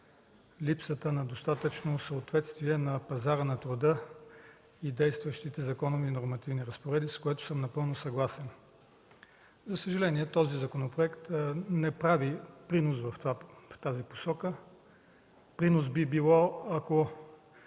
липсата на достатъчно съответствие между трудовия пазар и действащите законови нормативни разпоредби, с което съм напълно съгласен. За съжаление, този законопроект не прави принос в тази посока. Принос би било, ако